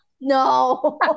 No